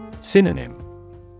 Synonym